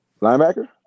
Linebacker